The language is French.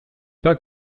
pas